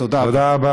תודה רבה.